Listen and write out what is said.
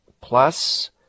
Plus